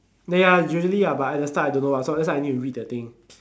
then ya usually ah but at the start I don't know [what] so that's why I need to read the thing